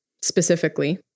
specifically